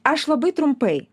aš labai trumpai